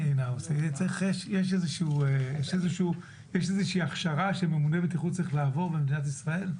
יש איזה שהיא הכשרה שממונה בטיחות צריך לעבור במדינת ישראל?